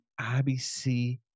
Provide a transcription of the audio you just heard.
IBC